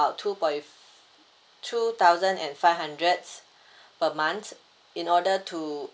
~ut two point two thousand and five hundred per month in order to